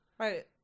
Right